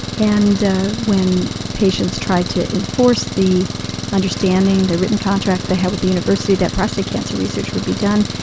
and when patients tried to enforce the understanding, the written contract they had with the university, that prostate cancer research would be done,